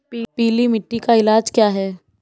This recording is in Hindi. पीली मिट्टी का इलाज क्या है?